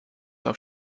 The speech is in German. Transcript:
auf